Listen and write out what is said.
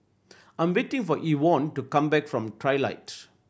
I'm waiting for Evonne to come back from Trilight